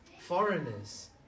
foreigners